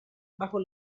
bajo